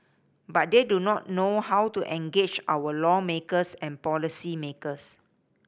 but they do not know how to engage our lawmakers and policymakers